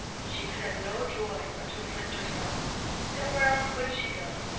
she could have no joy but to afflict herself and where else would she go?